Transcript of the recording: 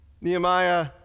Nehemiah